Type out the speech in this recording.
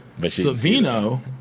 Savino